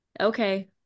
okay